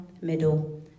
middle